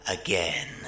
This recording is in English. again